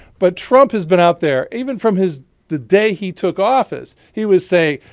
but trump has been out there even from his the day he took office he was saying,